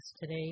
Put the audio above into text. today